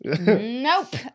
Nope